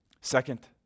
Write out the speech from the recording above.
Second